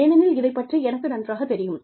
ஏனெனில் இதைப் பற்றி எனக்கு நன்றாகத் தெரியும்